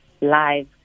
live